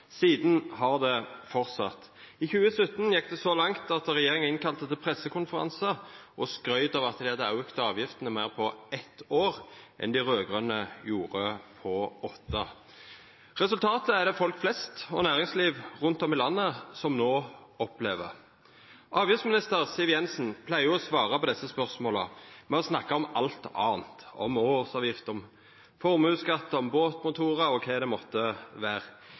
Sidan har det fortsett. I 2017 gjekk det så langt at regjeringa kalla inn til pressekonferanse og skrytte av at dei hadde auka avgiftene meir på eitt år enn dei raud-grøne gjorde på åtte år. Resultatet er det folk flest og næringslivet rundt om i landet som no opplever. Avgiftsminister Siv Jensen pleier å svara på desse spørsmåla med å snakka om alt anna – om årsavgift, formuesskatt, båtmotorar eller kva det måtte